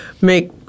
make